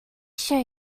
show